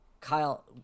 Kyle